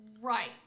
Right